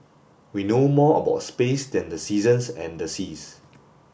we know more about space than the seasons and the seas